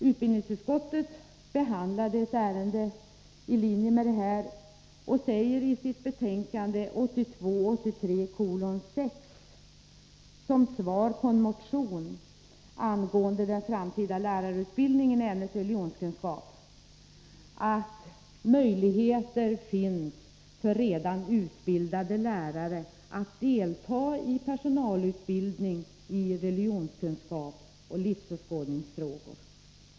Utbildningsutskottet har behandlat en motion angående den framtida lärarutbildningen i ämnet religionskunskap och säger i sitt betänkande 1982/83:6 att möjligheter finns för redan utbildade lärare att delta i personalutbildning i religionskunskap och livsåskådningsfrågor.